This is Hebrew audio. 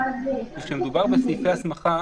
וכשמדובר בסעיפי הסמכה,